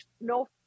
no